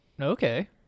Okay